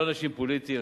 לא אנשים פוליטיים.